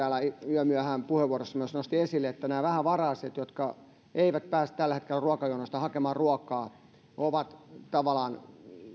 yömyöhään puheenvuorossaan nosti esille että vähävaraiset jotka eivät pääse tällä hetkellä ruokajonosta hakemaan ruokaa ovat tavallaan